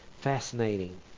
Fascinating